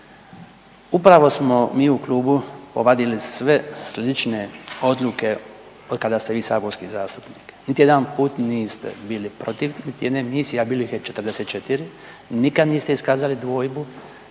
Upravo smo mi u klubu povadili sve slične odluke od kada ste vi saborski zastupnik. Niti jedan put niste bili protiv niti jedne misije, a bilo ih je 44, nikad niste iskazali dvojbu.